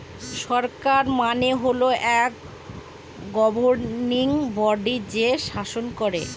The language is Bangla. সরকার মানে হল এক গভর্নিং বডি যে শাসন করেন